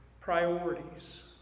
Priorities